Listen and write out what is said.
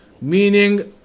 Meaning